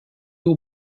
haut